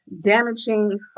damaging